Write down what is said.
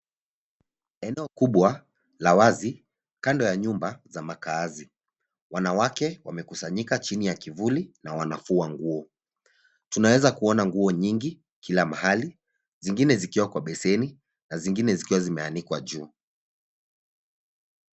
Eneo kubwa la wazi kando ya nyumba za makaazi. Wanawake wamekusanyika chini ya kiburi na wanafua nguo. Tunaweza kuona nguo nyingi kila mahali, zingine zikiwa kwa beseni na zingine zikiwa zimeanikwa juu.